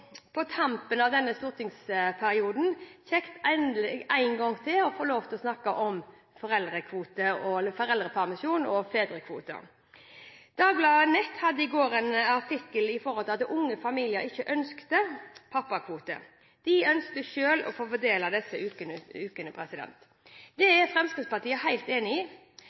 på tampen av denne stortingsperioden er det jo kjekt å få lov til å snakke om foreldrepermisjon og fedrekvote en gang til. Dagbladet på nett hadde i går en artikkel om at unge foreldre ikke ønsket pappakvote. De ønsket selv å få fordele disse ukene. Det er Fremskrittspartiet helt enig i.